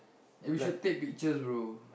eh we should take pictures bro